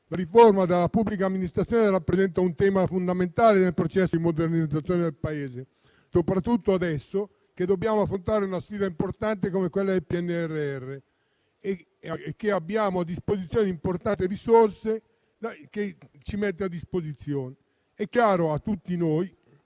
La riforma della pubblica amministrazione rappresenta un tema fondamentale nel processo di modernizzazione del Paese, soprattutto adesso che dobbiamo affrontare una sfida importante come quella del PNRR, che ci mette a disposizione importanti risorse. È chiaro a tutti noi che